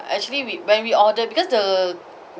actually we when we order because the